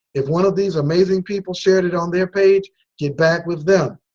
if one of these amazing people shared it on their page get back with them.